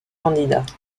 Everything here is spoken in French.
candidats